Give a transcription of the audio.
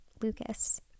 Lucas